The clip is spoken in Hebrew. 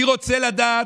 אני רוצה לדעת,